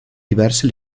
diverse